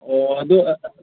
ꯑꯣ ꯑꯗꯨ